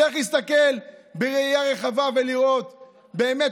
צריך להסתכל בראייה רחבה ולראות באמת,